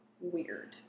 Weird